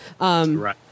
Right